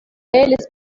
eles